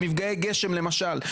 כמו הגשם למשל,